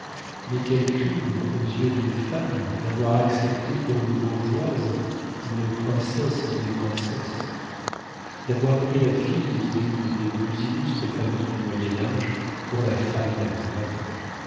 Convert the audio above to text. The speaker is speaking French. mais quel crime aux yeux d'une femme d'avoir accepté pour une bourgeoise une princesse née princesse d'avoir pris la fille d'une des plus illustres familles du moyen âge pour la femme d'un libraire